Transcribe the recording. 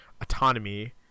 autonomy